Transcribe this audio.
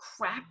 crap